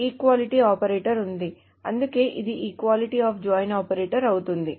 ఈ equality operator ఉంది అందుకే ఇది ఈక్వాలిటీ అఫ్ జాయిన్ ఆపరేటర్ అవుతుంది